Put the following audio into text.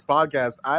Podcast